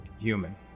human